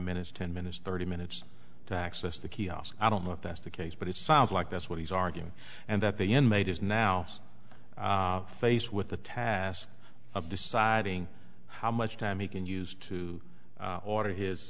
minutes ten minutes thirty minutes to access the kiosk i don't know if that's the case but it sounds like that's what he's arguing and that the inmate is now faced with the task of deciding how much time he can use to order his